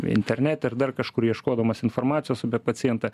internete ar dar kažkur ieškodamas informacijos apie pacientą